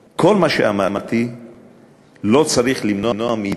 כל מה שאמרתי לא צריך למנוע מאתנו